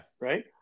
right